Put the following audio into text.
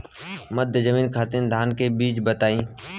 मध्य जमीन खातिर धान के बीज बताई?